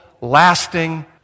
lasting